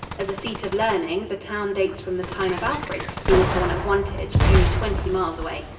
as a seat of learning, the town dates from the time of alfred, who was born at wantage, only twenty miles away.